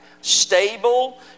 stable